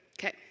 Okay